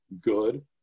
good